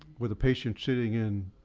with a patient sitting in